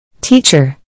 Teacher